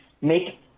make